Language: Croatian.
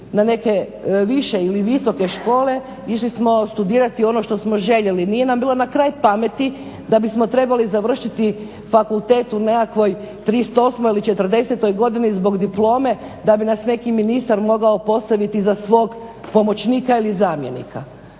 na neke više ili visoke škole išli smo studirati ono što smo željeli. Nije nam bilo na kraj pameti da bismo trebali završiti fakultet u nekakvoj 38. ili 40. godini zbog diplome da bi nas neki ministar mogao postaviti za svog pomoćnika ili zamjenika.